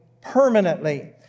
permanently